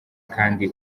kandi